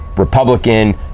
republican